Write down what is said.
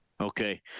Okay